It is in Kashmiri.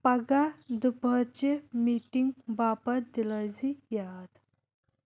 پگہہ دُپہرچہِ میٖٹِنگ باپتھ دِلٲیزِ یاد